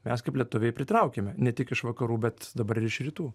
mes kaip lietuviai pritraukiame ne tik iš vakarų bet dabar ir iš rytų